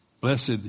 Blessed